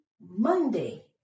Monday